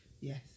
Yes